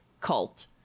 cult